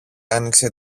άνοιξε